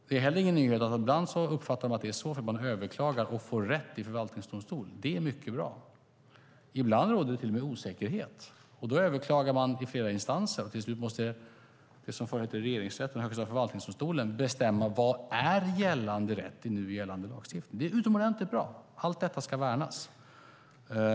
Det är heller ingen nyhet att de ibland överklagar och får rätt i förvaltningsdomstol. Det är mycket bra. Ibland råder det till och med osäkerhet. Då överklagar man i flera instanser. Till slut måste Högsta förvaltningsdomstolen, det som förut hette Regeringsrätten, bestämma vad som är gällande rätt i nu gällande lagstiftning. Det är utomordentligt bra. Allt detta ska värnas.